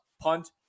punt